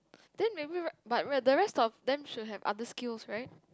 then maybe right~ by right the rest got then should have other skills right